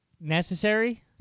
necessary